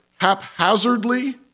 haphazardly